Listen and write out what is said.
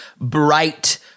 bright